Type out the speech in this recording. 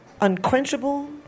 unquenchable